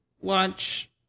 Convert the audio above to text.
watch